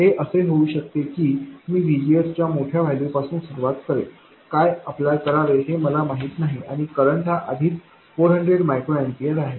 हे असे होऊ शकते की मी VGSच्या मोठ्या व्हॅल्यू पासून सुरुवात करेल काय अप्लाय करावे हे मला माहित नाही आणि करंट हा आधीच 400 माइक्रो एम्पीयर आहे